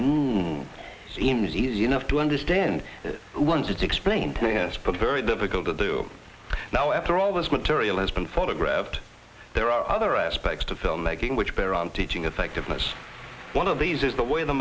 seems easy enough to understand once it's explained to us but very difficult to do now after all this material has been photographed there are other aspects to filmmaking which bear on teaching effectiveness one of these is the way the